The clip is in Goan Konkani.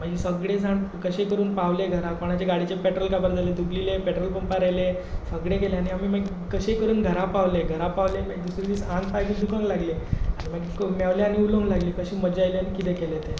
मागीर सगडे जाण कशे करून सगले पावले घरा कोणा गाडयेचें पेट्रोल काबार जालें धुकलीलें पेट्रोल पंपार येले सगळें केलें आमी मागीर कशे करून घरा पावले घरा पावले दुसरे दीस आंग पांय बीन दुखोंक लागलें मागीर मेवलें आनी उलोकं लागले कशी मजा येयली आनी कितें केलें ते